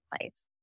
place